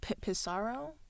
Pissarro